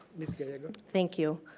ms. gallego. thank you.